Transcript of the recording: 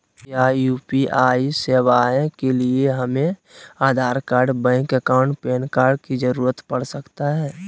क्या यू.पी.आई सेवाएं के लिए हमें Aadhaar card bank account PAN card की जरूरत पड़ सकता है?